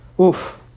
Oof